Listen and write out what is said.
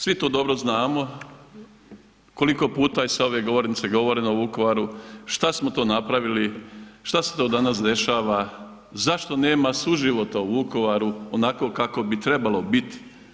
Svi to dobro znamo koliko puta je sa ove govornice govoreno o Vukovaru, šta smo to napravili, šta se to danas dešava, zašto nema suživota u Vukovaru onako kako bi trebalo biti.